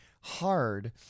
hard